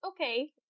okay